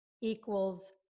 equals